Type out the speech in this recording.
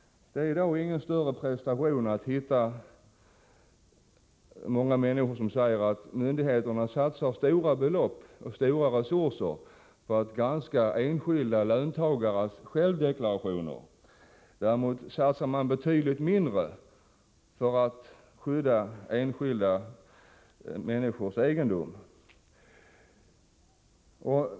Det är ingen större prestation att hitta många människor som säger att myndigheterna satsar stora belopp och omfattande resurser på att granska enskilda löntagares självdeklarationer, medan man satsar betydligt mindre på att skydda enskilda människors egendom.